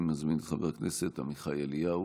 אני מזמין את חבר הכנסת עמיחי אליהו.